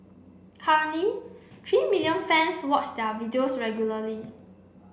currently three million fans watch their videos regularly